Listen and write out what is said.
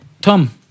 Tom